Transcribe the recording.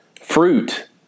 Fruit